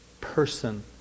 person